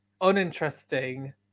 uninteresting